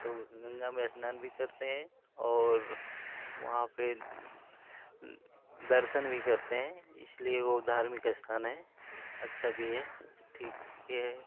तो वो गंगा में स्नान भी करते हैं और वहाँ पर दर्शन भी करते हैं इसलिए वो धार्मिक स्थान है अच्छा भी है ठीक है